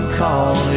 call